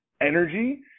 energy